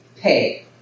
pay